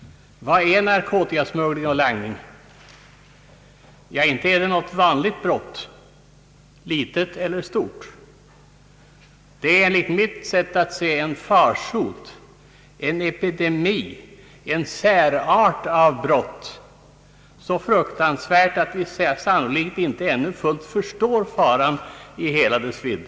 Vad är narkotikasmuggling och langning? Det är inte något vanligt brott, litet eller stort. Det är enligt mitt sätt att se en farsot, en epidemi, en särart av brott så fruktansvärd att vi sannolikt inte fullt förstår faran i hela dess vidd.